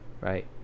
right